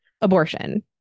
abortion